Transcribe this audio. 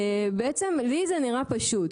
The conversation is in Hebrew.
בעצם לי זה נראה פשוט,